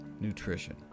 nutrition